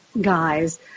guys